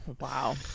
Wow